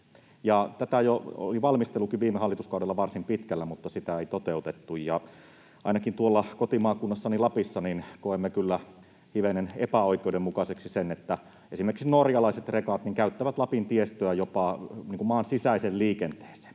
ja valmistelukin oli viime hallituskaudella jo varsin pitkällä mutta sitä ei toteutettu. Ainakin tuolla kotimaakunnassani Lapissa koemme kyllä hivenen epäoikeudenmukaiseksi sen, että esimerkiksi norjalaiset rekat käyttävät Lapin tiestöä jopa maansisäiseen liikenteeseen